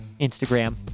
Instagram